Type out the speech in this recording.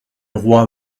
roi